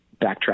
backtrack